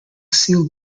seal